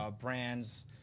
brands